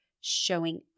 showing